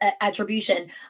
attribution